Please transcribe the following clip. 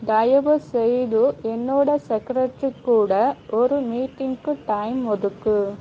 தயவுசெய்து என்னோட செக்ரட்டரி கூட ஒரு மீட்டிங்குக்கு டைம் ஒதுக்கு